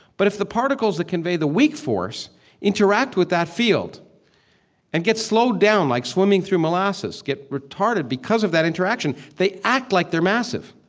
but if the particles that convey the weak force interact with that field and get slowed down like swimming through molasses, get retarded because of that interaction, they act like they're massive.